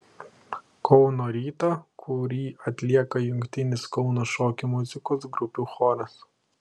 kauno rytą kurį atlieka jungtinis kauno šokių muzikos grupių choras